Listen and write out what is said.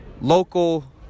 Local